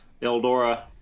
Eldora